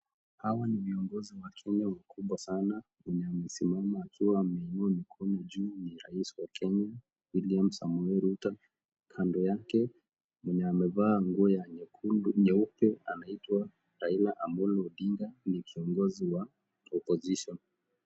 Hawa ni viongozi wa kenya wakubwa sana. Mwenye amesimama akiwa ameinua mikono juu ni rais wa kenya William Samoei Ruto, Kando yake mwenye amevaa nguo ya nyekundu nyeupe anaitwa Raila Amolo Ondinga ni kiongozi wa opposition